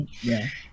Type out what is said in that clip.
yes